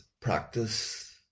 practice